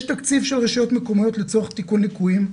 יש תקציב של רשויות מקומיות לצורך תיקון ליקויים,